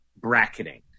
bracketing